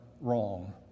wrong